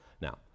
Now